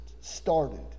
started